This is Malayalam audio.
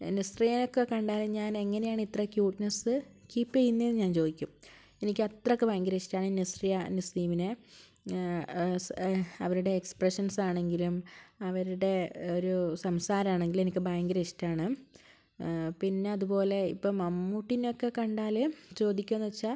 നസ്രിയേ ഒക്കേ കണ്ടാൽ ഞാൻ എങ്ങനെയാണ് ഇത്ര ക്യൂട്ട്നെസ്സ് കീപ് ചെയുന്നേന്ന് ഞാൻ ചോദിക്കും എനിക്ക് അത്രയ്ക്ക് ഭയങ്കര ഇഷ്ടമാണ് നസ്രിയ നസീമിനെ അവരുടെ എക്സ്പ്രഷൻസ് ആണെങ്കിലും അവരുടേ ഒരൂ സംസാരം ആണെങ്കിലും എനിക്ക് ഭയങ്കര ഇഷ്ടമാണ് പിന്നേ അതുപോലേ ഇപ്പം മമ്മൂട്ടീനെ ഒക്കേ കണ്ടാൽ ചോദിക്കോന്ന് വെച്ചാൽ